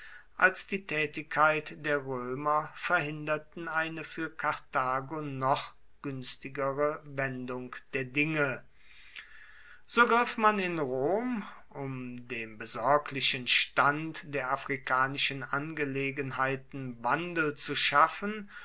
als die tätigkeit der römer verhinderten eine für karthago noch günstigere wendung der dinge so griff man in rom um dem besorglichen stand der afrikanischen angelegenheiten wandel zu schaffen